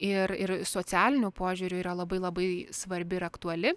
ir ir socialiniu požiūriu yra labai labai svarbi ir aktuali